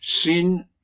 Sin